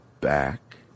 back